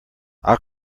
our